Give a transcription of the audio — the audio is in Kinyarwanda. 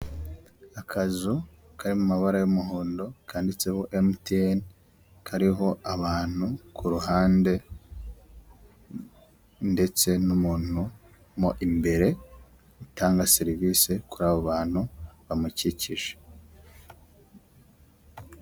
Akazu kari mabara y'umuhondo, kanditseho MTN, kariho abantu ku ruhande ndetse n'umuntu mo imbere, utanga serivisi kuri abo bantu bamukikije.